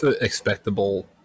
expectable